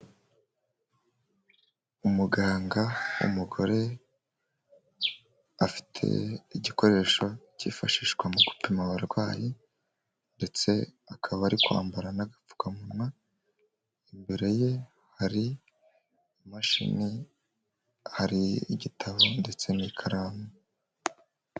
Umuganga, umugore afite igikoresho cyifashishwa mu gupima abarwayi, ndetse akaba ari kwambara n'agapfukamunwa, imbere ye hari imashini, hari igitabo ndetse n'ikaramu.